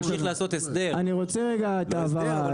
אני רוצה רגע את ההבהרה.